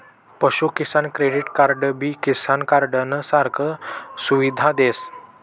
पशु किसान क्रेडिट कार्डबी किसान कार्डनं सारखा सुविधा देस